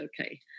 okay